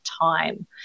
time